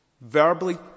verbally